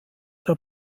der